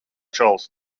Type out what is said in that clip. čalis